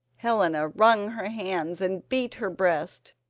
helena wrung her hands and beat her breast.